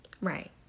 Right